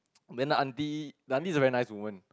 then the auntie the auntie is a very nice woman